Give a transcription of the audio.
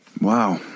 Wow